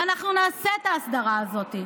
ואנחנו נעשה את ההסדרה הזאת.